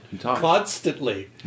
constantly